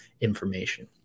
information